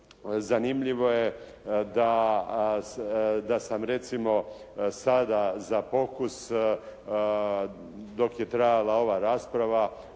zanimljivo je da sam recimo sada za pokus dok je trajala ova rasprava